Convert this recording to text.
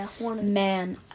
Man